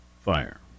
fire